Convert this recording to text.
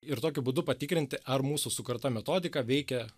ir tokiu būdu patikrinti ar mūsų sukurta metodika veikia